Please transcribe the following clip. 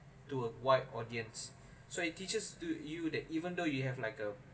to a white audience so it teaches to you that even though you have like a